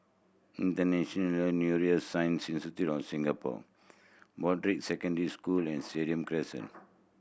International Neuroscience Institute of Singapore Broadrick Secondary School and Stadium Crescent